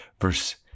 verse